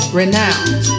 renowned